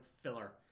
filler